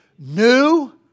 New